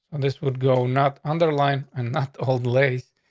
and this would go not underline and not old lace.